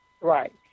Right